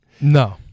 No